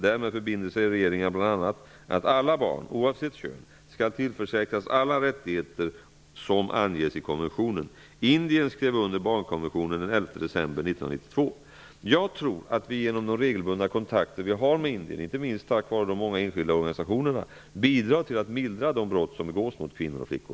Därmed förbinder sig regeringar bl.a. att alla barn, oavsett kön, skall tillförsäkras alla rättigheter som anges i konventionen. Indien skrev under barnkonventionen den 11 december 1992. Jag tror att vi genom de regelbundna kontakter som vi har med Indien -- inte minst tack vare de många enskilda organisationerna -- bidrar till att mildra de brott som där begås mot kvinnor och flickor.